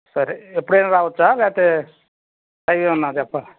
సరే ఎప్పుడైనా రావచ్చా లేకపోతే టైం ఏమైన్నా చెప్పాలా